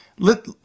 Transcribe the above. let